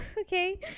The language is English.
okay